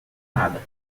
nada